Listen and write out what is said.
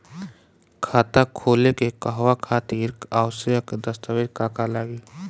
खाता खोले के कहवा खातिर आवश्यक दस्तावेज का का लगी?